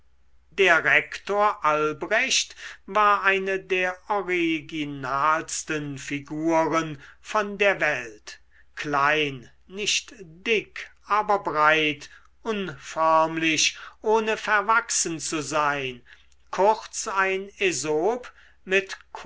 der rektor albrecht war eine der originalsten figuren von der welt klein nicht dick aber breit unförmlich ohne verwachsen zu sein kurz ein äsop mit